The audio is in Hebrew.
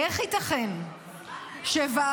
איך ייתכן שוועדת